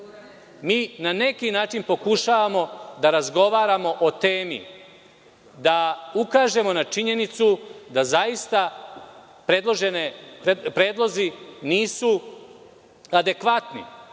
Mi na neki način pokušavamo da razgovaramo o temi, da ukažemo na činjenicu, da zaista predloženi predlozi nisu adekvatni,